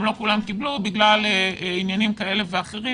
גם לא כולם קיבלו בגלל עניינים כאלה ואחרים